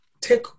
Take